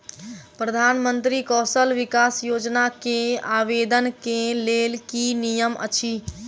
प्रधानमंत्री कौशल विकास योजना केँ आवेदन केँ लेल की नियम अछि?